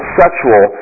sexual